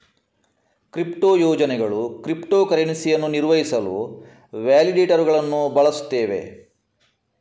crypto ಯೋಜನೆಗಳು crypto ಕರೆನ್ಸಿಯನ್ನು ನಿರ್ವಹಿಸಲು ವ್ಯಾಲಿಡೇಟರುಗಳನ್ನು ಬಳಸುತ್ತವೆ